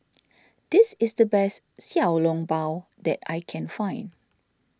this is the best Xiao Long Bao that I can find